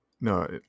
no